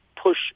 push